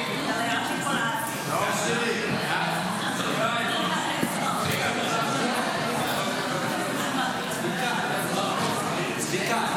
וחוזרת לדיון בוועדה לביטחון לאומי להכנה לקריאה השנייה